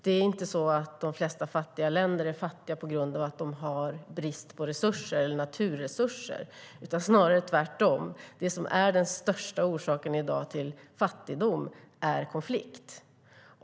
Det är inte så att de flesta fattiga länder är fattiga på grund av att de har brist på resurser eller naturresurser. Det är snarare tvärtom. Det som i dag är den största orsaken till fattigdom är konflikt.